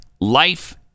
life